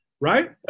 right